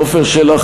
עפר שלח,